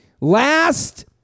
Last